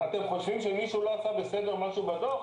אתם חושבים שמישהו לא עשה בסדר משהו בדוח?